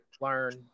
learn